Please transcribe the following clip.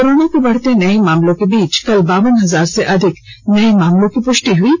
corona के बढ़ते नये मामलों के बीच कल बावन हजार से अधिक नये मामलों की पुष्टि हुई है